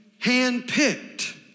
handpicked